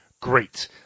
great